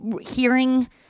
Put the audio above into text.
hearing